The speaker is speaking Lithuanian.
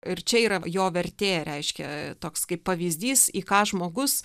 ir čia yra jo vertė reiškia toks kaip pavyzdys į ką žmogus